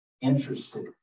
interested